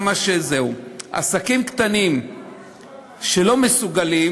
עסקים קטנים שלא מסוגלים,